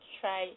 try